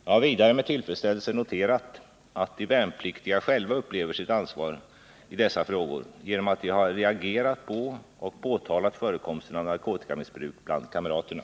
Jag har vidare med tillfredsställelse noterat att de värnpliktiga själva upplever sitt ansvar i dessa frågor, genom att de har reagerat på och påtalat förekomsten av narkotikamissbruk bland kamraterna.